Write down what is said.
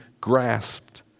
grasped